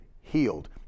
healed